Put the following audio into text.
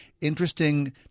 interesting